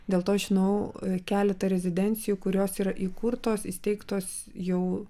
dėl to aš žinau keletą rezidencijų kurios yra įkurtos įsteigtos jau